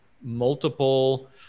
multiple